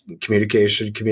communication